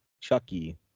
Chucky